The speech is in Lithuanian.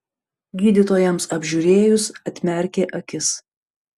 gydytojams apžiūrėjus atmerkė akis